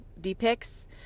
depicts